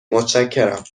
متشکرم